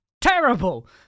terrible